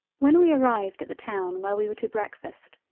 when we arrived at the town where we were to breakfast,